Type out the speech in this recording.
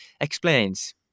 explains